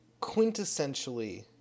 quintessentially